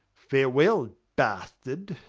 farewell, bastard.